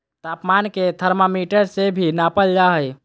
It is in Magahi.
तापमान के थर्मामीटर से भी नापल जा हइ